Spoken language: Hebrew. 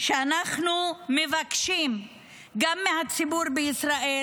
שאנחנו מבקשים גם מהציבור בישראל,